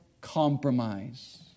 compromise